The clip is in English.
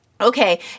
Okay